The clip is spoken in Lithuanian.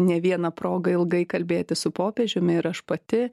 ne vieną progą ilgai kalbėtis su popiežiumi ir aš pati